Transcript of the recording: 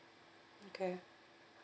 okay